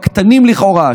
הקטנים לכאורה,